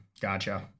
Gotcha